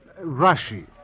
Rashi